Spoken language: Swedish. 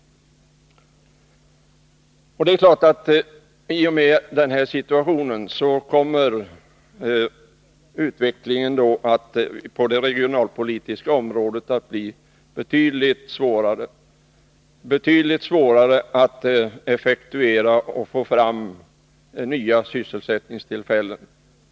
Det gick också snett. Till följd av denna situation kommer självfallet utvecklingen på det regionalpolitiska området att försvåras betydligt, och det kommer inte att bli lätt att få fram nya sysselsättningstillfällen.